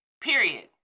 period